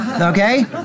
okay